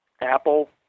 Apple